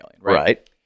Right